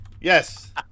Yes